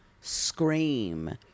scream